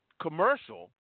commercial